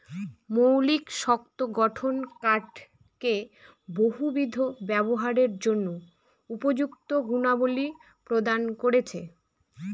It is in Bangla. মৌলিক শক্ত গঠন কাঠকে বহুবিধ ব্যবহারের জন্য উপযুক্ত গুণাবলী প্রদান করেছে